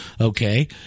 okay